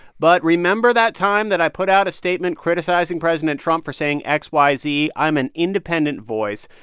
but remember that time that i put out a statement criticizing president trump for saying x, y, z? i'm an independent voice.